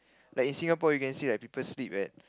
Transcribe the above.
like in Singapore you can see like people sleep at